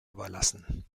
überlassen